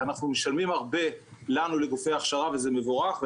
אנחנו משלמים הרבה לנו לגופי ההכשרה וזה מבורך,